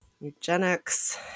eugenics